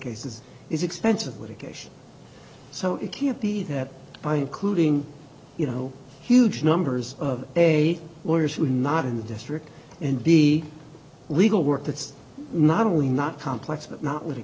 cases is expensive litigation so it can't be that by including you know huge numbers of a lawyers who are not in the district and the legal work that's not only not complex but not with